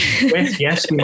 Yes